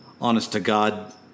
honest-to-God